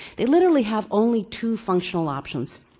they literally have only two functional options.